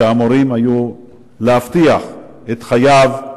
שאמורים היו להבטיח את חייו,